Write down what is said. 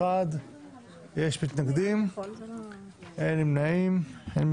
אושר אין מתנגדים ואין נמנעים.